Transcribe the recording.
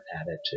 attitude